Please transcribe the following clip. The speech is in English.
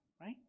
right